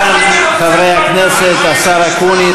עד כאן, חברי הכנסת, השר אקוניס.